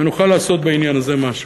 ונוכל לעשות בעניין הזה משהו.